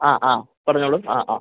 ആ ആ പറഞ്ഞുകൊള്ളൂ ആ ആ